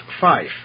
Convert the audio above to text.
five